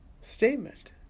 statement